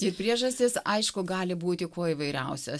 tai priežastys aišku gali būti kuo įvairiausios